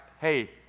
hey